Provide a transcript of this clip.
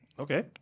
Okay